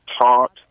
taught